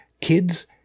kids